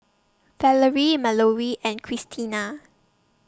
Valery Mallorie and Christena